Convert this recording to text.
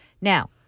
Now